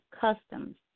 customs